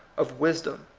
of wisdom,